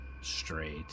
Straight